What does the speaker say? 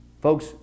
folks